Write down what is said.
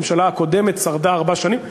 הממשלה הקודמת שרדה ארבע שנים.